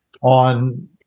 on